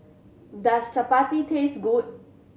does chappati taste good